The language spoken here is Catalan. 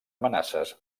amenaces